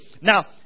Now